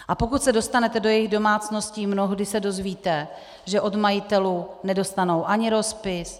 A pokud se dostanete do jejich domácností, mnohdy se dozvíte, že od majitelů nedostanou ani rozpis.